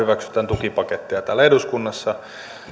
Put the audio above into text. tukipaketteja täällä eduskunnassa